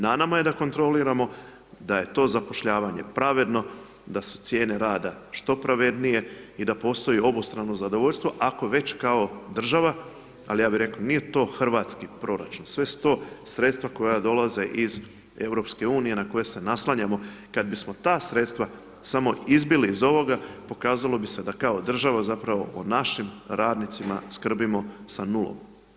Na nama je da kontroliramo, da je to zapošljavanje pravedno, da su cijene rada što pravednije i da postoji obostrano zadovoljstvo ako već kao država ali ja bi rekao, nije to hrvatski proračun, sve su to sredstva koja dolaze iz EU-a na koja se naslanjamo, kad bismo ta sredstva samo izbili iz ovoga, pokazalo bi se da kao država zapravo o našim radnicima skrbimo sa nulom.